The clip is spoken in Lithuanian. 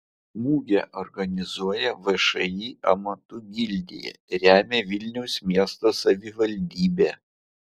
mugę organizuoja všį amatų gildija remia vilniaus miesto savivaldybė